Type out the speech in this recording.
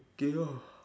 K ah